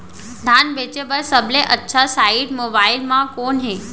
धान बेचे बर सबले अच्छा साइट मोबाइल म कोन हे?